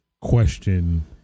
question